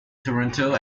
toronto